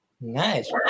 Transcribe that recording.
nice